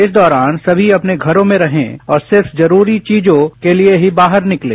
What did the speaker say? इस दोरान समी अपने घरों में रहें और सिर्फ जरूरी चीजों के लिये ही बाहर निकलें